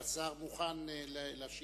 השר מוכן להשיב